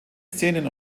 szenen